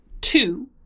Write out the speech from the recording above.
Two